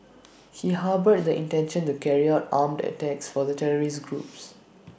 he harboured the intention to carry out armed attacks for the terrorist group